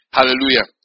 Hallelujah